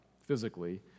physically